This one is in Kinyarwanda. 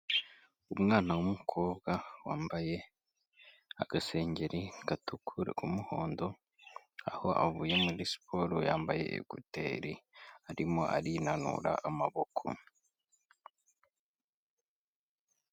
Umwana w'umukobwa, wambaye agasengeri gatukura k'umuhondo, aho avuye muri siporo yambaye ekuteri, arimo arinanura amaboko.